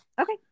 Okay